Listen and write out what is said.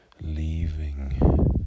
leaving